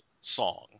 song